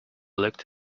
looked